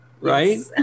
right